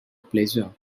pleasure